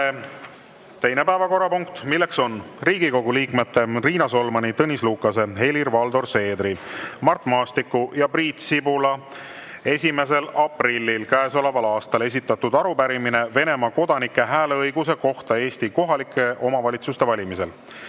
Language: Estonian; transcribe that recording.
teine päevakorrapunkt: Riigikogu liikmete Riina Solmani, Tõnis Lukase, Helir-Valdor Seedri, Mart Maastiku ja Priit Sibula 1. aprillil käesoleval aastal esitatud arupärimine Venemaa kodanike hääleõiguse kohta Eesti kohalike omavalitsuste valimisel